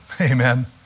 Amen